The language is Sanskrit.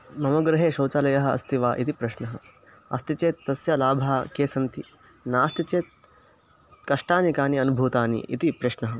मम गृहे शौचालयः अस्ति वा इति प्रश्नः अस्ति चेत् तस्य लाभः के सन्ति नास्ति चेत् कष्टानि कानि अनुभूतानि इति प्रश्नः